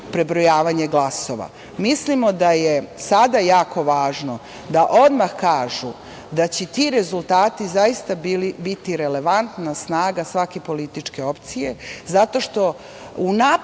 prebrojavanje glasova? Mislimo da je sada jako važno da odmah kažu da će ti rezultati zaista biti relevantna snage svake političke opcije zato što unapred